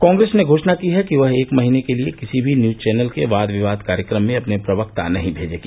कांग्रेस ने घोषणा की है कि वह एक महीने के लिए किसी भी न्यूज चैनल के वाद विवाद कार्यक्रम में अपने प्रवक्ता नहीं भेजेगी